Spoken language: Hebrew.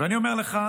ואני אומר לך,